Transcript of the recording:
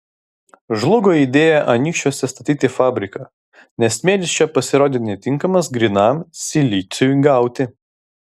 žlugo idėja anykščiuose statyti fabriką nes smėlis čia pasirodė netinkamas grynam siliciui gauti